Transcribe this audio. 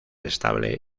estable